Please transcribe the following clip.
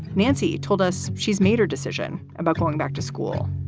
nancy told us she's made her decision about going back to school.